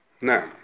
Now